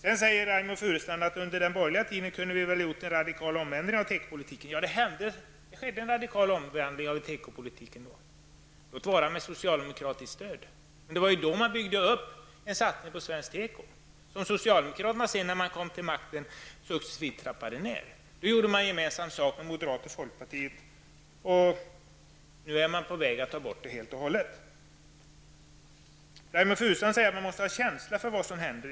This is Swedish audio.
Sedan säger Reynoldh Furustrand att det väl kunde ha gjorts en radikal ändring av teko-politiken under den borgerliga regeringstiden. Ja, det skedde också en radikal ändring av tekopolitiken under den tiden -- låt vara att denna ändring skedde med socialdemokratiskt stöd. Det var ju då man lade grunden för en satsning på svensk teko. Men när socialdemokraterna senare kom till makten skedde det en successiv nedtrappning. Man gjorde gemensam sak med moderaterna och folkpartiet, och nu är man på väg att upphöra med dessa satsningar helt och hållet. Reynoldh Furustrand säger att det är nödvändigt att ha en känsla för vad som händer.